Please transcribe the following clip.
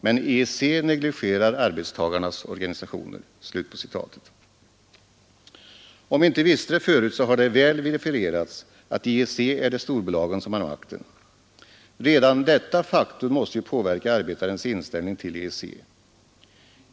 Men EEC negligerar arbetstagarnas organisationer.” Om vi inte visste det förut så har det väl verifierats att i EEC är det storbolagen som har makten. Redan detta faktum måste ju påverka arbetarens inställning till EEC.